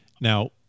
Now